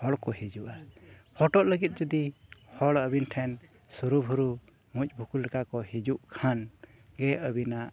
ᱦᱚᱲ ᱠᱚ ᱦᱤᱡᱩᱜᱼᱟ ᱼᱚᱜ ᱞᱟᱹᱜᱤᱫ ᱡᱩᱫᱤ ᱦᱚᱲ ᱟᱹᱵᱤᱱ ᱴᱷᱮᱱ ᱥᱩᱨᱩᱦᱩᱨᱩ ᱢᱩᱡ ᱵᱷᱩᱠᱩ ᱞᱮᱠᱟᱠᱚ ᱦᱤᱡᱩᱜ ᱠᱷᱟᱱ ᱜᱮ ᱟᱹᱵᱤᱱᱟᱜ